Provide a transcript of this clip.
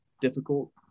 difficult